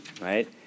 right